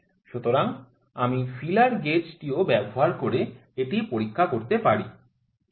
সুতরাং আমি feeler gauge টিও ব্যবহার করে এটি পরীক্ষা করতে পারি